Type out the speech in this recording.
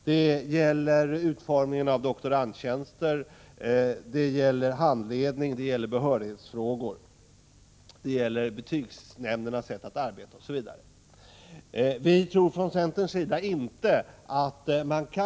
Det utbildning gäller utformningen av doktorandtjänster, handledning, behörighetsfrågor, gemensamma betygsnämndernas sätt att arbeta, osv. Från centerns sida tror vi inte att man frågorm.m.